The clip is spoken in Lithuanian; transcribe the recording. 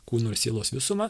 kūno ir sielos visumą